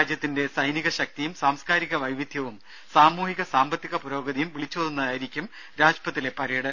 രാജ്യത്തിന്റെ സൈനിക ശക്തിയും സാംസ്കാരിക വൈവിധ്യവും സാമൂഹിക സാമ്പത്തിക പുരോഗതിയും വിളിച്ചോതുന്നതായിരിക്കും രാജ്പഥിലെ പരേഡ്